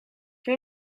will